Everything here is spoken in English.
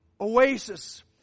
oasis